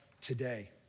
today